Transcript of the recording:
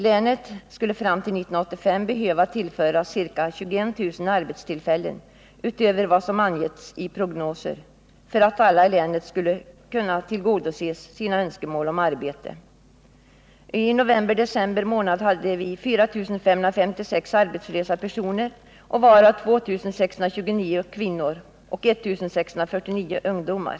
Länet skulle fram till 1985 behöva tillföras ca 21 000 arbetstillfällen utöver vad som angetts i prognoserna, för att alla i länet skall kunna få sina önskemål om arbete tillgodosedda. I november-december hade vi 4 556 arbetslösa personer, varav 2629 var kvinnor och 1 649 ungdomar.